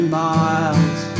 miles